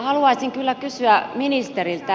haluaisin kyllä kysyä ministeriltä